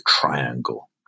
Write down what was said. triangle